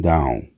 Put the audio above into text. Down